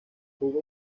jugó